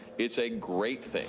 it's a great